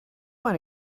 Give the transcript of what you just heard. want